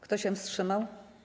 Kto się wstrzymał?